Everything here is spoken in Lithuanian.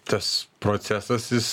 tas procesas jis